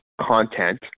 content